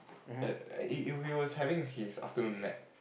uh he he was having his afternoon nap